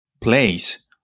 place